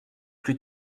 plus